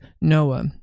Noah